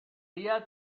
dia